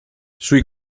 sui